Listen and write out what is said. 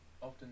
often